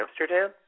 Amsterdam